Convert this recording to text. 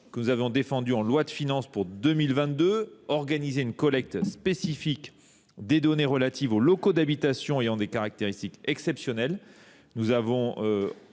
que nous avons défendus en loi de finances pour 2022. Nous avons organisé une collecte spécifique des données relatives aux locaux d’habitation ayant des caractéristiques exceptionnelles. Ainsi,